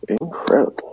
Incredible